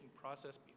process